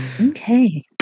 Okay